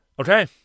Okay